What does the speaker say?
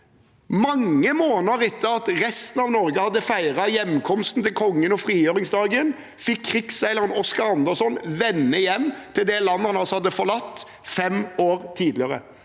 mange måneder etter at resten av Norge hadde feiret hjemkomsten til kongen og frigjøringsdagen, fikk krigsseileren Oscar Anderson vende hjem til det landet han hadde forlatt fem år tidligere.